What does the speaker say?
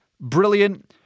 brilliant